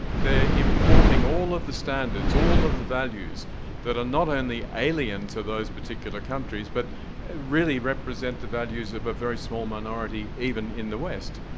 importing all of the standards, all of the values that are not only alien to those particular countries, but really represent the values of a very small minority even in the west.